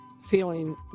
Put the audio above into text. feeling